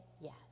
yes